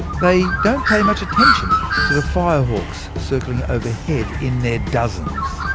they don't pay much attention to the firehawks circling overhead in their dozens.